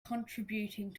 contributing